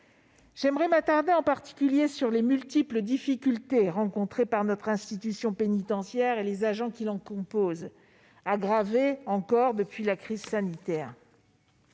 J'aimerais m'attarder sur les multiples difficultés rencontrées par notre institution pénitentiaire et les agents qui la composent, aggravées encore depuis la crise sanitaire.